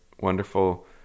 wonderful